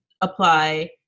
apply